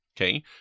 okay